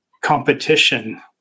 competition